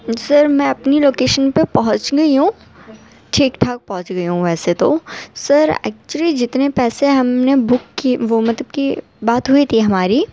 سر میں اپنی لوکیشن پر پہنچ گئی ہوں ٹھیک ٹھاک پہنچ گئی ہوں ویسے تو سر ایکچولی جتنے پیسے ہم نے بک کئے وہ مطلب کہ بات ہوئی تھی ہماری